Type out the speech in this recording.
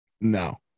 no